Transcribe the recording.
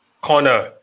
corner